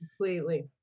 Completely